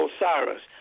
Osiris